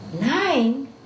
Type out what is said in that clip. Nine